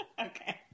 Okay